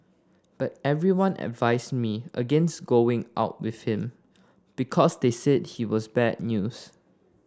but everyone advised me against going out with him because they said he was bad news